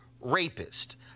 rapist